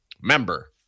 Member